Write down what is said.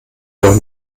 doch